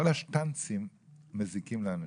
כל השטנצים מזיקים לאנשים.